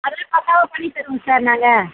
அதெல்லாம் பக்காவாக பண்ணித் தருவோம் சார் நாங்கள்